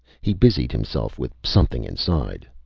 he busied himself with something inside.